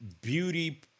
beauty